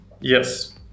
Yes